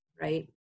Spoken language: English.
Right